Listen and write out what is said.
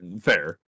Fair